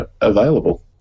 available